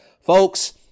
folks